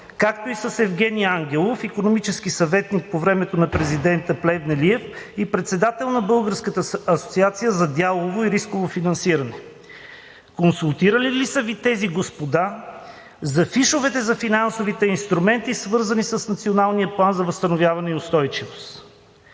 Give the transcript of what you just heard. както и с Евгени Ангелов – икономически съветник по времето на президента Плевнелиев и председател на Българската асоциация за дялово и рисково инвестиране? Консултирали ли са Ви тези господа за фишовете за финансовите инструменти, свързани с Националния план за възстановяване и устойчивост?